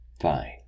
Fine